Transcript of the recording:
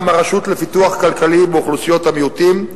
הרשות לפיתוח כלכלי באוכלוסיית המיעוטים,